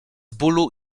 bólu